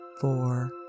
four